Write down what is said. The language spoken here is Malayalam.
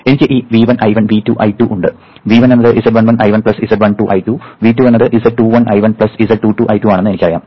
എനിക്ക് ഈ V1 I1 V2 I2 ഉണ്ട് V1 എന്നത് z11 I1 z12 I2 V2 എന്നത് z21 I1 z22 I2 ആണെന്ന് എനിക്കറിയാം